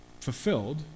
fulfilled